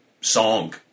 song